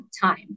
time